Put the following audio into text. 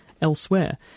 elsewhere